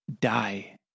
die